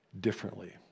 differently